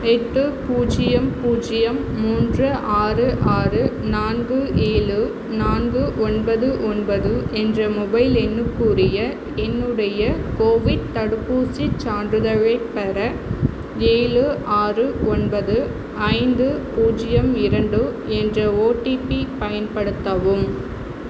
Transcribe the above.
எட்டு பூஜ்ஜியம் பூஜ்ஜியம் மூன்று ஆறு ஆறு நான்கு ஏழு நான்கு ஒன்பது ஒன்பது என்ற மொபைல் எண்ணுக்குரிய என்னுடைய கோவிட் தடுப்பூசிச் சான்றிதழைப் பெற ஏழு ஆறு ஒன்பது ஐந்து பூஜ்ஜியம் இரண்டு என்ற ஓடிபி பயன்படுத்தவும்